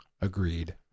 Agreed